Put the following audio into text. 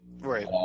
Right